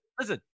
listen